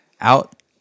out